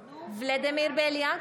בליאק,